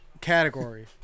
category